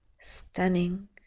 stunning